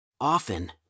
Often